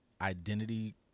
identity